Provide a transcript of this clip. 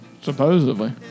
Supposedly